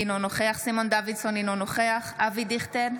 אינו נוכח סימון דוידסון, אינו נוכח אבי דיכטר,